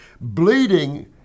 Bleeding